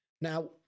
Now